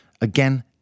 Again